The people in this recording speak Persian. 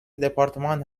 دپارتمان